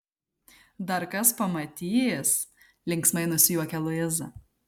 dar kas pamatys linksmai nusijuokia luiza